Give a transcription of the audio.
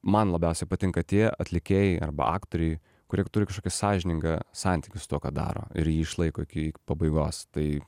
man labiausiai patinka tie atlikėjai arba aktoriai kurie turi kažkokį sąžiningą santykį su tuo ką daro ir jį išlaiko iki pabaigos tai